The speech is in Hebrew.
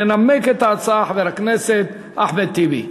ינמק את ההצעה חבר הכנסת אחמד טיבי.